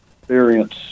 experience